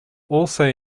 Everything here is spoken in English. also